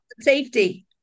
safety